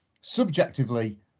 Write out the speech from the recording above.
subjectively